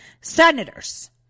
senators